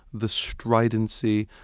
the stridency,